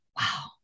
Wow